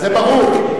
זה ברור.